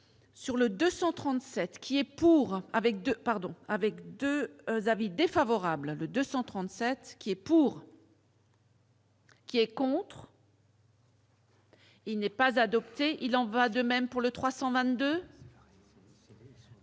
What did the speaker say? Sur le 237 qui est pour, avec 2 pardon avec 2 avis défavorables 237 ce qui est pour. Qui est contre. Il n'est pas adoptée, il en va de même pour le 322.